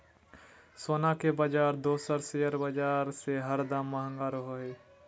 सोना के बाजार दोसर शेयर बाजार से हरदम महंगा रहो हय